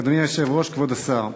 אדוני היושב-ראש, כבוד השר,